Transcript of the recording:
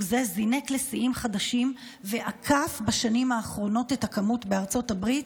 זה זינק לשיאים חדשים ועקף בשנים האחרונות את הכמות בארצות הברית,